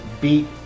beat